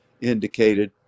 indicated